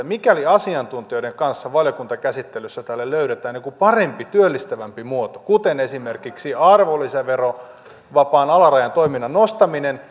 mikäli asiantuntijoiden kanssa valiokuntakäsittelyssä tälle löydetään joku parempi työllistävämpi muoto kuten esimerkiksi arvonlisäverovapaan toiminnan alarajan nostaminen